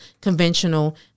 conventional